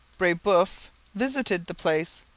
brebeuf visited the place,